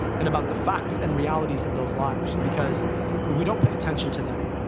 and about the facts and realities of those lives. because if we don't pay attention to them,